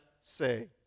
say